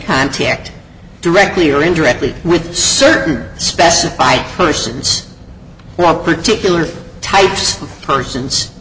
contact directly or indirectly with certain specified persons or particular types of persons